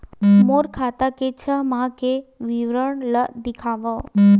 मोर खाता के छः माह के विवरण ल दिखाव?